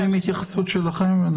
התייחסות שלכם.